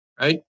right